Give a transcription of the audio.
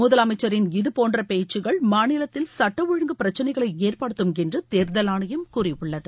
முதலமைச்சரின் இதுபோன்ற பேச்சுக்கள் மாநிலத்தில் சட்ட ஒழுங்கு பிரச்சனைகளை ஏற்படுத்தும் என்று தேர்தல் ஆணையம் கூறியுள்ளது